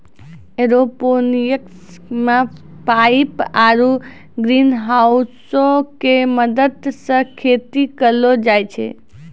aeroponics मे pipe आरु ग्रीनहाउसो के मदत से खेती करलो जाय छै